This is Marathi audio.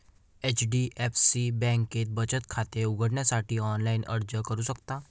एच.डी.एफ.सी बँकेत बचत खाते उघडण्यासाठी ऑनलाइन अर्ज करू शकता